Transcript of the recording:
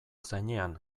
zainean